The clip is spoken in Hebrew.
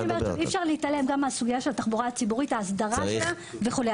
אי אפשר להתעלם מהסוגיה של התחבורה הציבורית וההסדרה שלה וכו'.